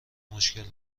مشکل